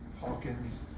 Hawkins